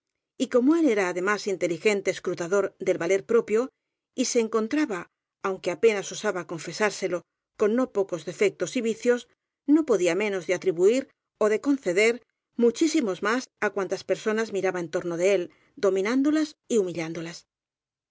rodeaban y como él era además inteligente escrutador del valer propio y se encontraba aunque apenas osaba con fesárselo con no pocos defectos y vicios no podía menos de atribuir ó de conceder muchísimos más á cuantas personas miraba en torno de él domi nándolas y humillándolas